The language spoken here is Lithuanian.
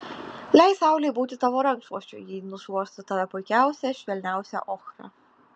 leisk saulei būti tavo rankšluosčiu ji nušluosto tave puikiausia švelniausia ochra